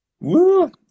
Woo